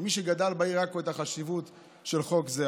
כמי שגדל בעיר עכו, את החשיבות של חוק זה.